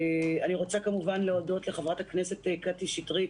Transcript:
אני רוצה, כמובן, להודות לחברת הכנסת קטי שטרית